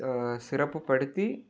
சிறப்புப்படுத்தி